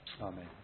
Amen